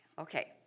Okay